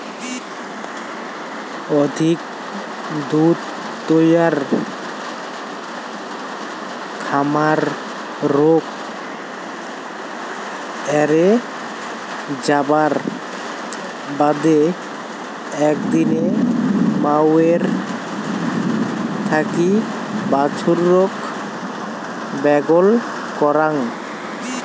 অধিক দুধ তৈয়ার খামার রোগ এ্যারে যাবার বাদে একদিনে মাওয়ের থাকি বাছুরক ব্যাগল করাং